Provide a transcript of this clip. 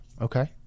okay